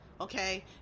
okay